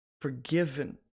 forgiven